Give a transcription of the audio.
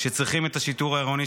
שצריכים את השיטור העירוני,